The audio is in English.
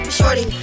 shorty